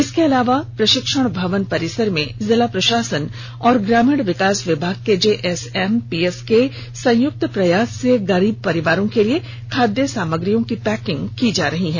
इसके अलावा प्रशिक्षण भवन परिसर में जिला प्रशासन और ग्रामीण विकास विभाग के जेएसएमपीएस के संयुक्त प्रयास से गरीब परिवारों के लिए खाद्य सामग्रियों की पैकिंग की जा रही है